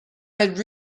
had